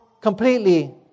completely